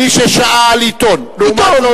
מי ששאל עיתון,